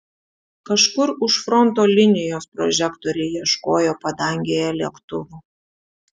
kažkur už fronto linijos prožektoriai ieškojo padangėje lėktuvų